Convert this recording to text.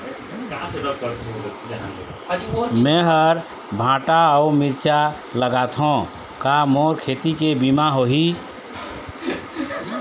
मेहर भांटा अऊ मिरचा लगाथो का मोर खेती के बीमा होही?